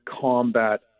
combat